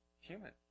human